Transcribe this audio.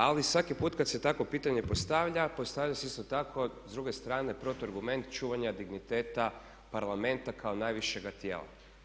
Ali svaki put kad se takvo pitanje postavlja onda se postavlja isto tako s druge strane protuargument čuvanja digniteta Parlamenta kao najvišega tijela.